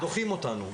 אבל דוחים אותנו.